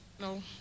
No